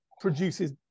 produces